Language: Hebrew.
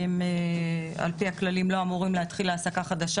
כי על פי הכללים הם לא אמורים להתחיל העסקה חדשה